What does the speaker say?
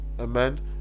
Amen